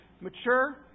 mature